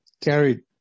carried